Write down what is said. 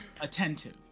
Attentive